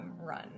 run